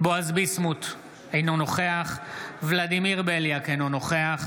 בועז ביסמוט, אינו נוכח ולדימיר בליאק, אינו נוכח